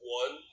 one